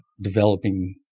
developing